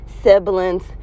siblings